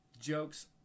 jokes